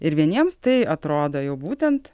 ir vieniems tai atrodo jau būtent